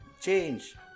change